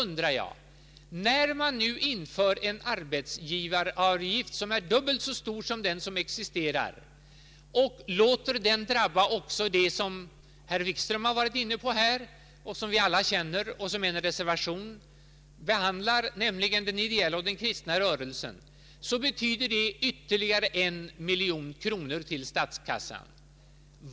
När man nu inför en arbetsgivaravgift som är dubbelt så stor som den nuvarande och — vilket herr Wikström varit inne på och vilket också behandlats i en reservation — låter den drabba de ideella och kristna rörelserna betyder det ytterligare en miljon till statskassan.